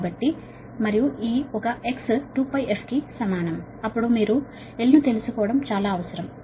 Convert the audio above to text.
కాబట్టి మరియు ఈ ఒక X 2πf కి సమానం అప్పుడు మీరు L ను తెలుసుకోవడం చాలా అవసరం కాబట్టి 52